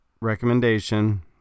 recommendation